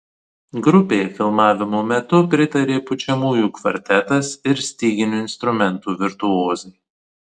grupei filmavimo metu pritarė pučiamųjų kvartetas ir styginių instrumentų virtuozai